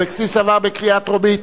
עברה בקריאה טרומית,